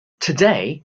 today